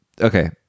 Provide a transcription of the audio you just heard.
Okay